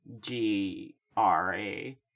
G-R-A